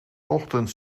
ochtends